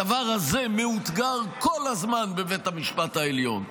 הדבר הזה מאותגר כל הזמן בבית המשפט העליון.